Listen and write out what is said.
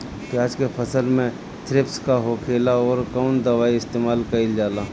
प्याज के फसल में थ्रिप्स का होखेला और कउन दवाई इस्तेमाल कईल जाला?